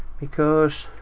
because